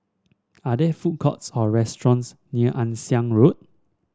are there food courts or restaurants near Ann Siang Road